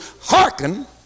hearken